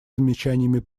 замечаниями